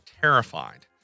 terrified